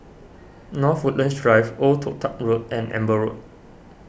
North Woodlands Drive Old Toh Tuck Road and Amber Road